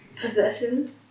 possession